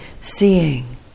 seeing